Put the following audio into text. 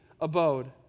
abode